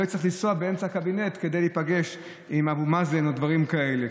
שלא יצטרך לנסוע באמצע קבינט כדי להיפגש עם אבו מאזן או דברים כאלה,